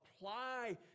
apply